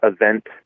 event